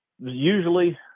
usually